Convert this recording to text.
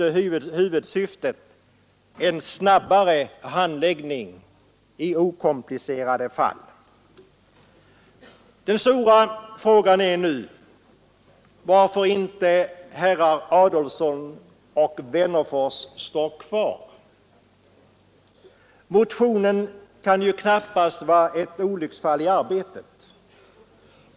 Däremot är huvudsyftet en snabbare handläggning i okomplicerade fall. Den stora frågan är nu varför inte herrar Adolfsson och Wennerfors står kvar. Motionen kan knappast vara ett olycksfall i arbetet.